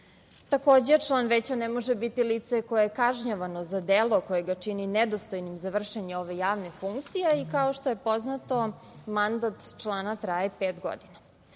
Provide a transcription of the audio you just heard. Takođe, član veća ne može biti lice koje je kažnjavano za delo koje ga čini nedostojnim za vršenje ove javne funkcije i kao što je poznato, mandat člana traje pet godina.